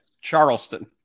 Charleston